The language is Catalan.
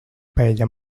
paella